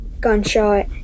gunshot